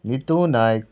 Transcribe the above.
Neetu Naik